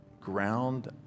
ground